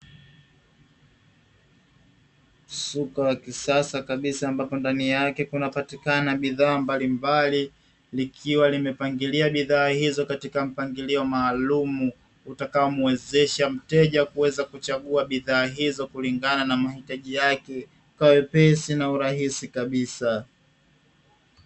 Soko la kisasa kabisa ambapo ndani yake kuna patikana bidhaa mbalimbali, likiwa limepangiwa bidhaa hizo katika mpangilio maalumu utakao mwezesha mteja kuchagua bidhaa hizo kulingana na mahitaji yake kwa wepesi na urahisi kabisa.